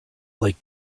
like